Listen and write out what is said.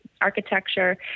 architecture